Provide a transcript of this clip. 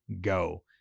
go